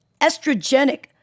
estrogenic